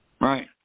Right